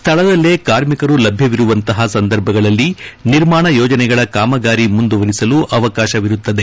ಸ್ಥಳದಲ್ಲೇ ಕಾರ್ಮಿಕರು ಲಭ್ಞವಿರುವಂತಹ ಸಂದರ್ಭಗಳಲ್ಲಿ ನಿರ್ಮಾಣ ಯೋಜನೆಗಳ ಕಾಮಗಾರಿ ಮುಂದುವರೆಸಲು ಅವಕಾಶವಿರುತ್ತದೆ